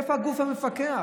איפה הגוף המפקח?